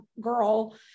girl